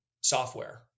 software